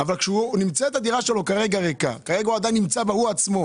אבל כשהדירה שלנם עדיין ריקה והם עדיין נמצאים בה בעצמם,